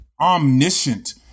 omniscient